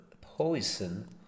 poison